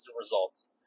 results